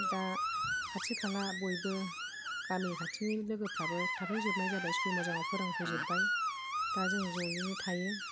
दा खाथि खाला बयबो गामि खाथिनि लोगोफ्राबो थाफैजोबनाय जाबाय स्कुल मोजाङाव फोरों फैजोब्बाय दा जों ज'यैनो थायो